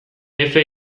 efe